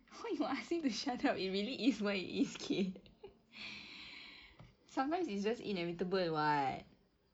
why you ask me to shut up it really is what it is okay sometimes it's just inevitable [what]